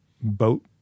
boat